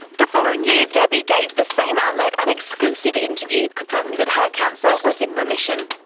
the following year, debbie gave the same outlet an exclusive interview, confirming that her cancer was in remission.